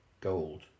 gold